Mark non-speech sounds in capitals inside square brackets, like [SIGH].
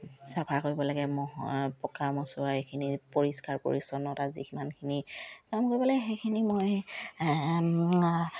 চাফা কৰিব লাগে [UNINTELLIGIBLE] এইখিনি পৰিষ্কাৰ পৰিচ্ছন্নতা যিখিনিখিনি কাম কৰিব লাগে সেইখিনি মই